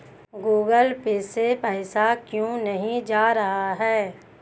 Google Pay से पैसा क्यों नहीं जा रहा है?